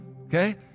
Okay